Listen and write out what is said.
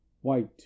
white